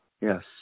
Yes